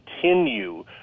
continue